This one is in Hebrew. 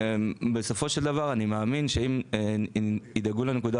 בסופו של דבר אני מאמין שאם ידאגו לנקודה